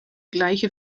gleiche